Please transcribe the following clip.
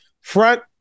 front